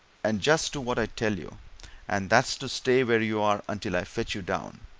and just do what i tell you and that's to stay where you are until i fetch you down.